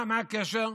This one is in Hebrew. מה הקשר?